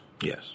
Yes